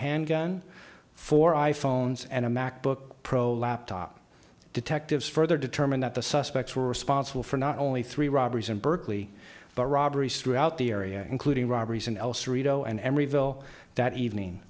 handgun for i phones and a macbook pro laptop detectives further determined that the suspects were responsible for not only three robberies in berkeley but robberies throughout the area including robberies and else read owen emeryville that evening